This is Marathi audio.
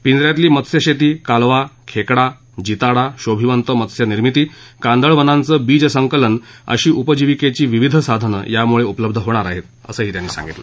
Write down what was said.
पिंजऱ्यातली मत्स्यशेती कालवा खेकडा जिताडा शोभिवंत मत्स्यनिर्मिती कांदळवनांचं बीजसंकलन अशी उपजीविकेची विविध साधनं उपलब्ध होणार आहेत असंही ते म्हणाले